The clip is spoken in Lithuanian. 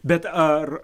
bet ar